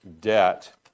debt